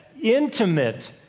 intimate